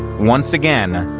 once again,